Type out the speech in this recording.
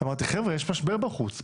אמרתי חבר'ה יש משבר בחוץ,